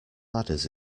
ladders